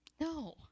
No